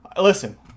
Listen